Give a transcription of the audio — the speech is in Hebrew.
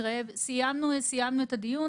בקשת הוועדה,